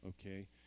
okay